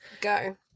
Go